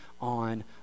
on